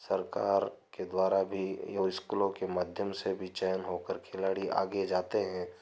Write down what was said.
सरकार के द्वारा भी या इस्कूलों के माध्यम से भी चयन होकर खिलाड़ी आगे जाते हैं